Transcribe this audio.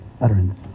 utterance